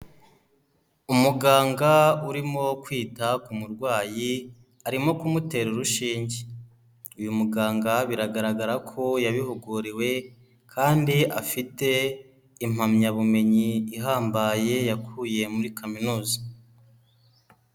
Umuganga urimo kwita ku murwayi arimo kumutera urushinge, uyu muganga biragaragara ko yabihuguriwe kandi afite impamyabumenyi ihambaye yakuye muri kaminuza.